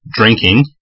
Drinking